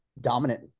Dominant